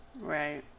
Right